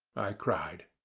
i cried.